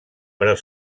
però